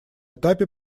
этапе